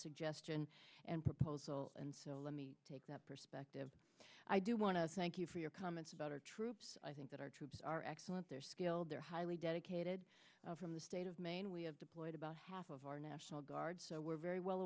suggestion and proposal and so let me take that perspective i do want to thank you for your comments about our troops i think that our troops are excellent they're skilled they're highly dedicated from the state of maine we have deployed about half of our national guard so we're very well